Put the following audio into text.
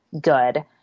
good